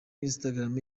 instagram